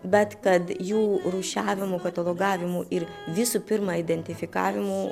bet kad jų rūšiavimu katalogavimu ir visų pirma identifikavimu